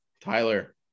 Tyler